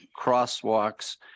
crosswalks